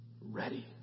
Ready